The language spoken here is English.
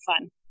fun